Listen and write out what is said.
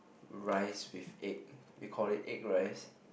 rice with egg we call it egg rice